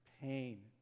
pain